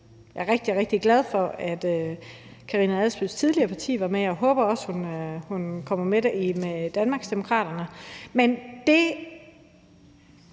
jeg er rigtig, rigtig glad for, at Karina Adsbøls tidligere parti var med, og jeg håber også, hun kommer med sammen med Danmarksdemokraterne.